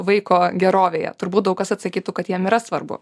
vaiko gerovėje turbūt daug kas atsakytų kad jiem yra svarbu